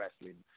wrestling